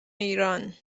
ایران